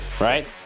right